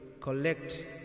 collect